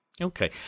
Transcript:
okay